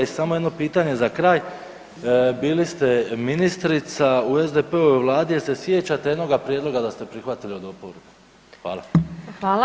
I samo jedno pitanje za kraj, bili ste ministrica u SDP-ovoj vladi jel se sjećate jednoga prijedloga da ste prihvatili od oporbe?